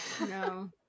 no